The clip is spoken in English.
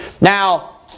Now